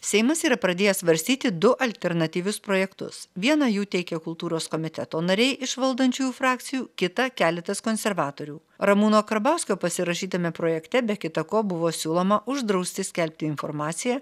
seimas yra pradėjęs svarstyti du alternatyvius projektus vieną jų teikia kultūros komiteto nariai iš valdančiųjų frakcijų kitą keletas konservatorių ramūno karbauskio pasirašytame projekte be kita ko buvo siūloma uždrausti skelbti informaciją